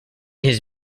his